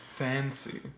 Fancy